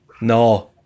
No